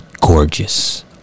gorgeous